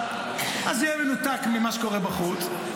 אז הוא יהיה מנותק ממה שקורה בחוץ,